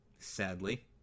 Sadly